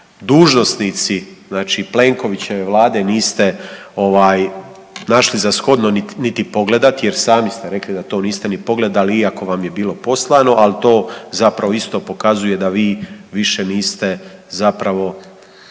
dužnosnici Plenkovićeve Vlade niste našli za shodno niti pogledate jer sami ste rekli da to niste ni pogledali iako vam je bilo poslano, ali to zapravo isto pokazuje da vi više niste adekvatna